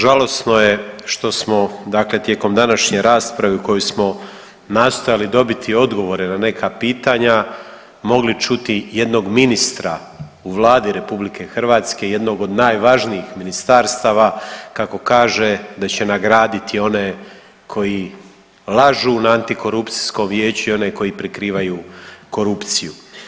Žalosno je što smo dakle tijekom današnje rasprave u kojoj smo nastojali dobiti odgovore na neka pitanja mogli čuti jednog ministra u Vladi RH, jednog od najvažnijih ministarstava kako kaže da će nagraditi one koji lažu na Antikorupcijskom vijeću i one koji prikrivaju korupciju.